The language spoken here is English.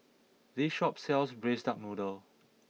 this shop sells Braised Duck Noodle